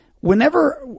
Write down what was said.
Whenever